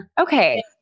Okay